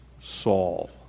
Saul